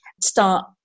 start